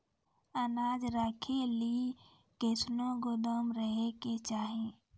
अनाज राखै लेली कैसनौ गोदाम रहै के चाही?